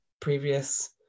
previous